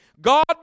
God